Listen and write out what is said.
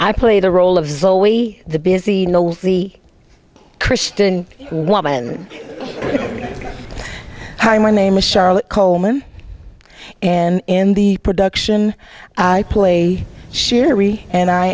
i play the role of zoe the busy no the christian woman hi my name is charlotte coleman and in the production play sherri and i